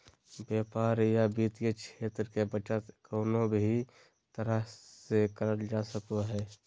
व्यापार या वित्तीय क्षेत्र मे बचत कउनो भी तरह से करल जा सको हय